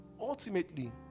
ultimately